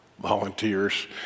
volunteers